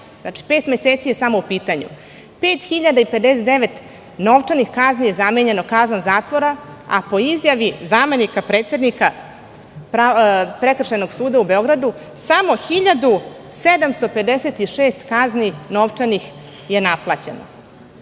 znači pet meseci je samo u pitanju, 5.059 novčanih kazni je zamenjeno kaznom zatvora, a po izjavi zamenika predsednika Prekršajnog suda u Beogradu, samo 1.756 kazni novčanih je naplaćeno. Znači,